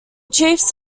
chiefs